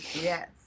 Yes